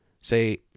Say